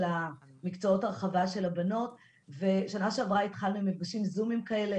המקצועות הרחבה של הבנות ושנה שעברה התחלנו במפגשי זום כאלה